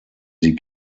sie